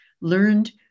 learned